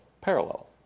parallel